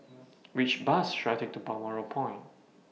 Which Bus should I Take to Balmoral Point